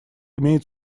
имеет